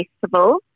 Festival